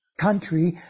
country